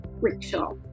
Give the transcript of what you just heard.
rickshaw